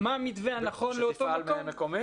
מה המתווה הנכון לאותו מקום.